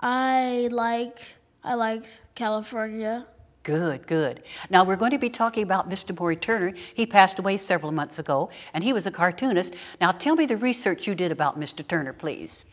like i like california good good now we're going to be talking about mr turner he passed away several months ago and he was a cartoonist now tell me the research you did about mr turner please